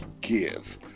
give